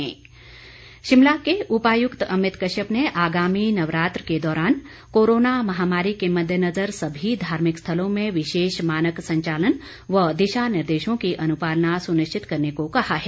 नवरात्रे शिमला के उपाय्क्त अमित कश्यप ने आगामी नवरात्र के दौरान कोरोना महामारी के मददेनजर सभी धार्मिक स्थलों में विशेष मानक संचालन व दिशा निर्देशों की अनुपालना सुनिश्चित करने को कहा है